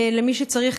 למי שצריך,